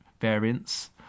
variants